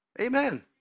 Amen